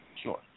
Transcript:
Sure